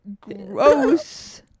gross